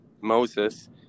Moses